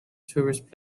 tourist